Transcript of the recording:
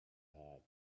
had